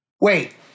wait